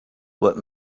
what